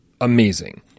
amazing